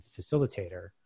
facilitator